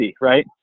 right